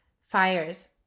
fires